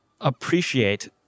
appreciate